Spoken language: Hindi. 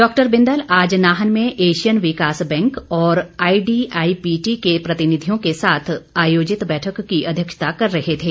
डॉक्टर बिंदल आज नाहन में ऐशियन विकास बैंक और आईडी आई पीटी के प्रतिनिधियों के साथ आयोजित बैठक की अध्यक्षता कर रहे थे